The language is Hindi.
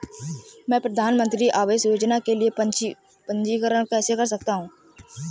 मैं प्रधानमंत्री आवास योजना के लिए पंजीकरण कैसे कर सकता हूं?